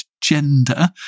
gender